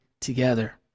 together